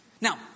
Now